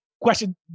question